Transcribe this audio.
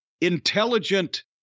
intelligent